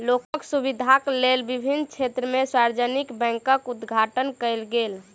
लोकक सुविधाक लेल विभिन्न क्षेत्र में सार्वजानिक बैंकक उद्घाटन कयल गेल